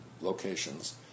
locations